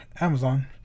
Amazon